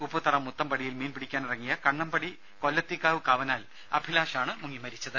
ഉപ്പുതറ മുത്തംപടിയിൽ മീൻ പിടിക്കാനിറങ്ങിയ കണ്ണംപടി കൊല്ലത്തിക്കാവ് കാവനാൽ അഭിലാഷ് ആണ് മുങ്ങി മരിച്ചത്